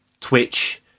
twitch